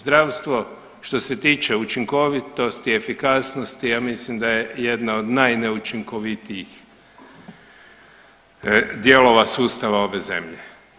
Zdravstvo što se tiče učinkovitosti, efikasnosti ja mislim da je jedna od najneučinkovitijih dijelova sustava ove zemlje.